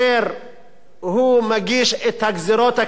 הוא מגיש את הגזירות הכלכליות שלו,